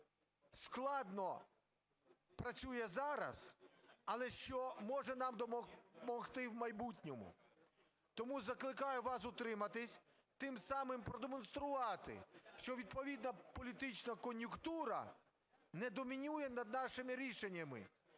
складно працює зараз, але що може нам допомогти в майбутньому? Тому закликаю вас утриматись, тим самим продемонструвати, що відповідна політична кон'юнктура не домінує над нашими рішеннями.